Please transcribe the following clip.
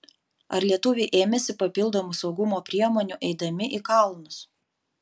ar lietuviai ėmėsi papildomų saugumo priemonių eidami į kalnus